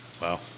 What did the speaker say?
Wow